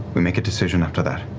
we make a decision after that.